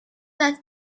that